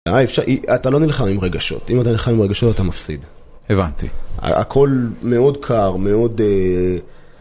אתה לא נלחם עם רגשות. אם אתה נלחם עם רגשות, אתה מפסיד. הבנתי. הכל מאוד קר, מאוד...